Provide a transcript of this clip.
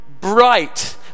bright